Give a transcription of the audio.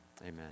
amen